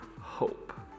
hope